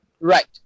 Right